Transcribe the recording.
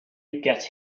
get